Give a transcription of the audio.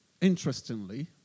Interestingly